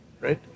right